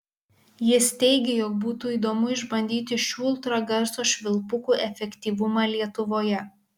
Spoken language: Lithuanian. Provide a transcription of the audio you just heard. jis teigė jog būtų įdomu išbandyti šių ultragarso švilpukų efektyvumą lietuvoje